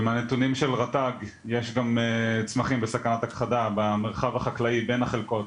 ומהנתונים של רת"ג יש גם צמחים בסכנת הכחדה במרחב החקלאי בין החלקות,